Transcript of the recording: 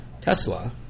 Tesla